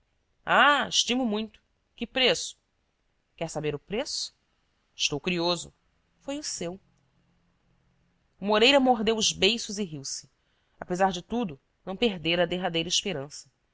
ah estimo muito que preço quer saber o preço estou curioso foi o seu o moreira mordeu os beiços e riu-se apesar de tudo não perdera a derradeira esperança